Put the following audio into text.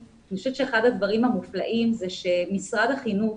אני חושבת שאחד הדברים המופלאים הוא שמשרד החינוך